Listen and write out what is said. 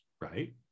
right